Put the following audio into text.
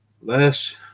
less